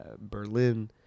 berlin